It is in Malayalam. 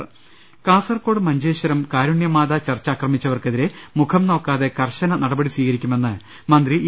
് കാസർകോട് മഞ്ചേശ്വരം കാരുണ്യമാതാ ചർച്ച് ആക്രമിച്ചവർക്കെതിരെ മുഖം നോക്കാതെ കർശന നടപടി സ്വീകരിക്കുമെന്ന് മന്ത്രി ഇ